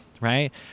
right